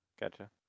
gotcha